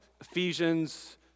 Ephesians